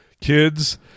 kids